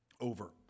over